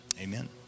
amen